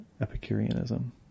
Epicureanism